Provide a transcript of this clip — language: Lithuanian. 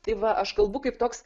tai va aš kalbu kaip toks